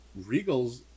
Regals